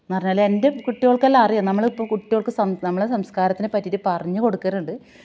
എന്ന് പറഞ്ഞാലെന്റെ കുട്ടികോള്ക്കെല്ലാം അറിയാം നമ്മളിപ്പോൾ കുട്ടികോള്ക്ക് സം നമ്മളെ സംബന്ധിച്ച് സംസ്കാരത്തെ പറ്റീട്ട് പറഞ്ഞു കൊടുക്കലുണ്ട്